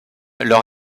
leur